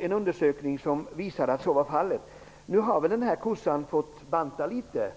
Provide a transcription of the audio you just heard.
En undersökning visade att så var fallet. Nu har kossan fått banta litet.